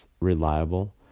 reliable